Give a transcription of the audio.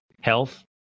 health